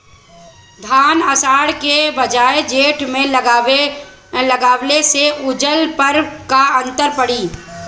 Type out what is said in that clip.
धान आषाढ़ के बजाय जेठ में लगावले से उपज में का अन्तर पड़ी?